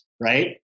right